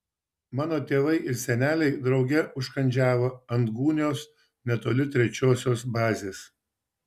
mano tėvai ir seneliai drauge užkandžiavo ant gūnios netoli trečiosios bazės